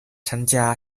参加